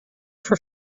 for